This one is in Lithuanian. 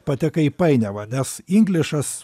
patekai į painiavą nes inglišas